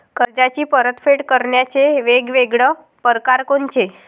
कर्जाची परतफेड करण्याचे वेगवेगळ परकार कोनचे?